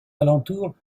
alentours